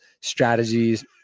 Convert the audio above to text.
strategies